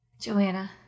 Joanna